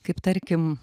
kaip tarkim